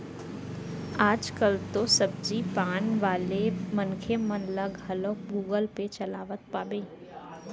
आज कल तो सब्जी पान वाले मनखे मन ल घलौ गुगल पे चलावत पाबे